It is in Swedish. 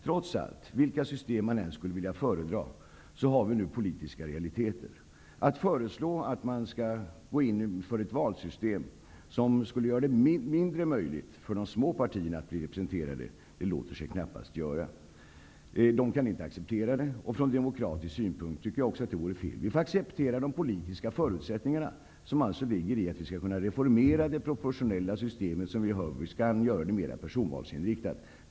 Trots allt -- vilka system man än skulle föredra -- har vi politiska realiteter att ta fasta på. Att föreslå ett valsystem som skulle minska möjligheterna för de små partierna att bli representerade låter sig knappast göras. Dessa kan inte acceptera ett sådant system. Också från demokratisk synpunkt tycker jag att det vore fel. Vi får acceptera de politiska förutsättningarna när det gäller att reformera det proportionella systemet och att göra det mera personvalsinriktat.